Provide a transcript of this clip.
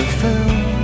film